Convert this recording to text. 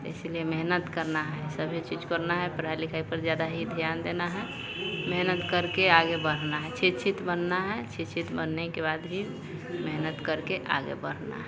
इसलिए मेहनत करना है सभी चीज़ करना है पढ़ाई लिखाई पर ज़्यादा ही ध्यान देना है मेहनत करके आगे बढ़ना है शिक्षित बनना है शिक्षित बनने के बाद ही मेहनत करके आगे बढ़ना है